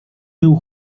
był